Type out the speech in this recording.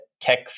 tech